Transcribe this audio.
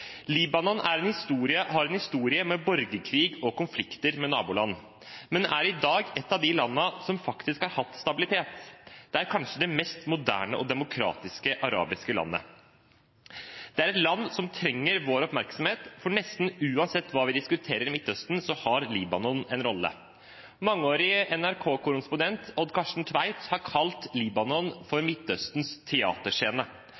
Libanon har en historie med borgerkrig og konflikter med naboland, men er i dag et av de landene som faktisk har hatt stabilitet. Det er kanskje det mest moderne og demokratiske arabiske landet. Det er et land som trenger vår oppmerksomhet, for nesten uansett hva vi diskuterer om Midtøsten, har Libanon en rolle. Mangeårig NRK-korrespondent Odd Karsten Tveit har kalt Libanon